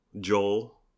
Joel